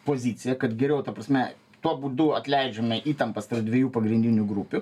pozicija kad geriau ta prasme tuo būdu atleidžiame įtampas tarp dviejų pagrindinių grupių